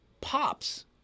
pops